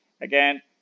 again